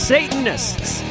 Satanists